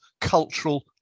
Cultural